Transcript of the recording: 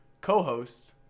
Co-host